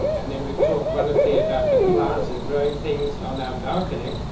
and then we've talked wonderfully about the plants and growing things on our balcony.